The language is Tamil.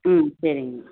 ம் சரிங்ண்ணா